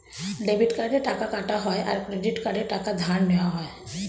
debit কার্ডে টাকা কাটা হয় আর ক্রেডিট কার্ডে টাকা ধার নেওয়া হয়